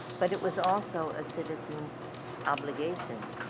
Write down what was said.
but it was also a citizen's obligation.